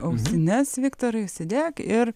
ausines viktorai užsidėk ir